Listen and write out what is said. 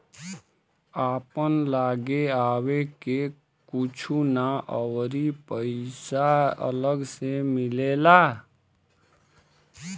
आपन लागे आवे के कुछु ना अउरी पइसा अलग से मिलेला